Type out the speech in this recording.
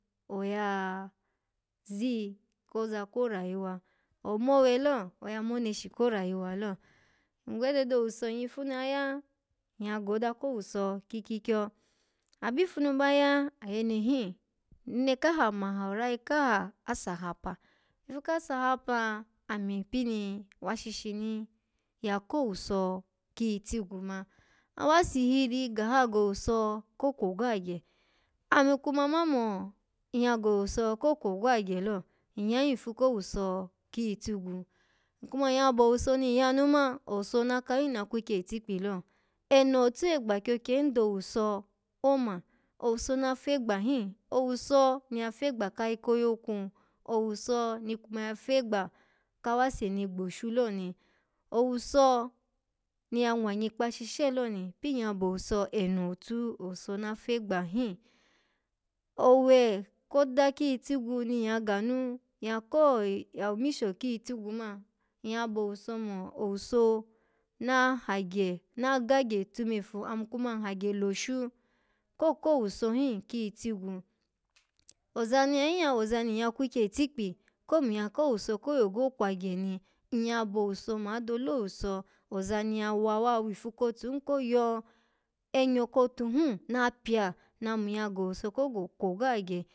Oya ziyi koza ko rayuwa. Omowe lo oya moneshi ko rayuwa lo ngwede do owuso nyyifu nu ya ya nyya goda ko owuso kikyikyo abifu nu ba ya ayene him ene kaha maha orayi ka ase ahapa ifu kase ahapa, ami pini wa shishini ya ko owuso kiyi tigwu ma awase ihiri gaha go owuso ko kwogo agye ami kuma, mamo nyya go owuso ko kwoga agye lo, nyya hin ifu ko owuso kiyi tigwu nkuma ya bo owuso ni nyyanu man, owuso naga yun na kwikye itikpi lo eno otu egba kyokyen do owuso oma owuso na fegba hin owuso ni ya fegba kayi koyokwu, owuso ni kuma ya fegba kawase ni gbashu lo ni, owuso ni ya nwa kpashishe lo ni, pin fegba hin owe koda kiyi tigwu ni nyya gane ya komisho kiyitigwu man, nyya bo owwo mo owuso na hagye na gagye tumefu ami kuma nhagye loshu ko ko owuso hin kiyi tigwu ozani ya yuu ya woza ni nyya kwukye itikpi, ko min ya ko owuso ko yogo kwagye ni, nyya bo owusa ma adole owuso, oza ni ya wa wa wifu kotun ko yo enyo kotu hun na pya, na mun ya go owuso ko go-kwogo agye.